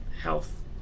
health